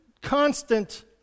constant